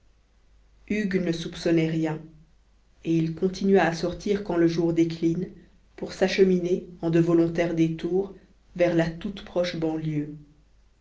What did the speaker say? hugues ne soupçonnait rien et il continua à sortir quand le jour décline pour s'acheminer en de volontaires détours vers la toute proche banlieue